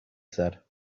said